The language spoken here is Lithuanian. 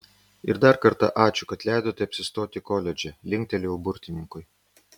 ir dar kartą ačiū kad leidote apsistoti koledže linktelėjau burtininkui